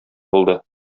булды